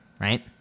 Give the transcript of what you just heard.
right